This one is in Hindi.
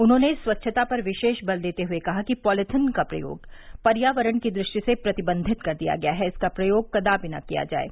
उन्होंने स्वच्छता पर विशेष बल देते हुए कहा कि पालीथीन का प्रयोग पर्यावरण के दुष्टि से प्रतिबंधित कर दिया गया है इसका प्रयोग कदापि न किया जाये